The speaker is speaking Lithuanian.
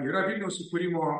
yra vilniaus įkūrimo